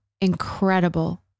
incredible